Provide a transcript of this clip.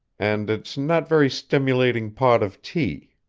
and its not very stimulating pot of tea.